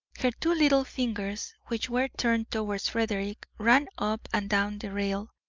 her two little fingers, which were turned towards frederick, ran up and down the rail,